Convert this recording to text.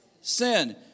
sin